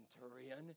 centurion